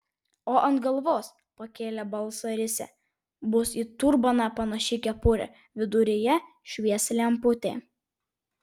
o ant galvos pakėlė balsą risia bus į turbaną panaši kepurė viduryje švies lemputė